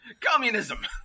Communism